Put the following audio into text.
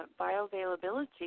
bioavailability